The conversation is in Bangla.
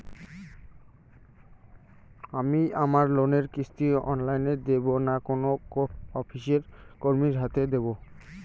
আমি আমার লোনের কিস্তি অনলাইন দেবো না কোনো অফিসের কর্মীর হাতে দেবো?